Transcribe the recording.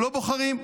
לא בוחרים.